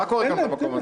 מה קורה כאן, במקום הזה?